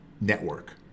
network